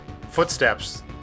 footsteps